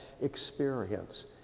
experience